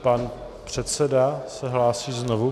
Pan předseda se hlásí znovu.